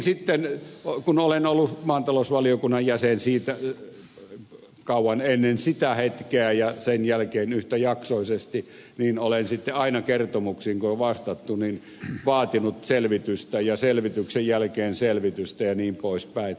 sitten kun olen ollut maatalousvaliokunnan jäsen kauan ennen sitä hetkeä ja sen jälkeen yhtäjaksoisesti niin olen sitten aina kertomuksiin kun on vastattu vaatinut selvitystä ja selvityksen jälkeen selvitystä jnp